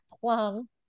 plum